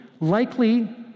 likely